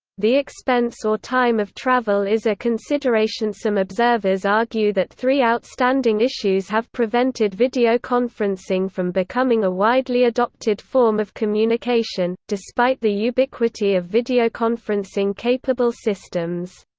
the expense or time of travel is a considerationsome observers argue that three outstanding issues have prevented videoconferencing from becoming a widely adopted form of communication, despite the ubiquity of videoconferencing-capable systems.